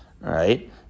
Right